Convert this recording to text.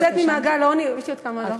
לצאת ממעגל העוני, יש לי עוד כמה, לא?